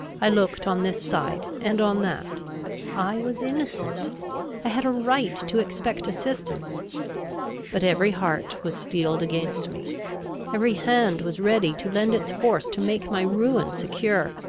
i looked on this side and on that i was innocent i had a right to expect assistance but every heart was steeled against me every hand was ready to lend its force to make my ruin secure.